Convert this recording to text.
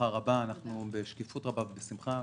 אנחנו נעשה את זה בשקיפות רבה ובשמחה,